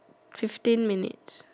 fifteen minutes